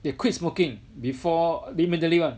they quit smoking before immediately [one]